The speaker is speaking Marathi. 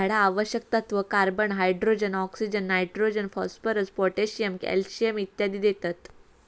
झाडा आवश्यक तत्त्व, carbon, hydrogen, oxygen, nitrogen, phosphorus, potassium, calcium इत्यादी देतत